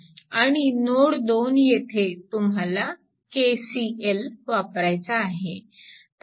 आणि नोड 2 येथे तुम्हाला KCL वापरायचा आहे